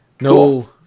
No